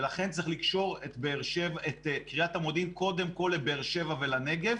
ולכן צריך לקשור את קרית המודיעין קודם כל לבאר שבע ולנגב,